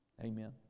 Amen